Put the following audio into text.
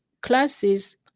classes